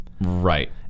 right